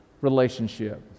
relationship